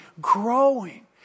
growing